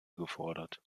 gefordert